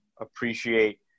appreciate